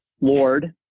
Lord